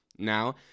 now